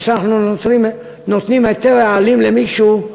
כאשר אנחנו נותנים היתר רעלים למישהו,